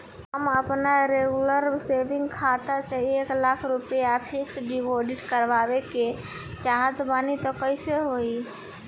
हम आपन regular saving खाता से एक लाख रुपया फिक्स डिपॉज़िट करवावे के चाहत बानी त कैसे होई?